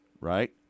Right